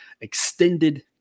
extended